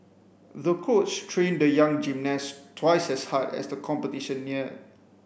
the coach trained the young gymnast twice as hard as the competition neared